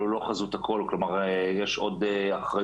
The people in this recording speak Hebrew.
אבל הוא לא חזות הכול, כלומר, יש עוד אחריות